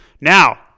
Now